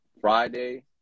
friday